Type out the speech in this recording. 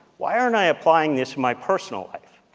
why aren't i applying this in my personal life,